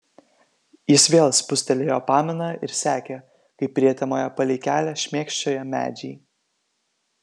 jis vėl spustelėjo paminą ir sekė kaip prietemoje palei kelią šmėkščioja medžiai